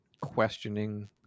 questioning